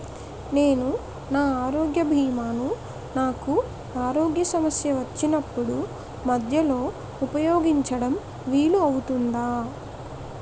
నేను నా ఆరోగ్య భీమా ను నాకు ఆరోగ్య సమస్య వచ్చినప్పుడు మధ్యలో ఉపయోగించడం వీలు అవుతుందా?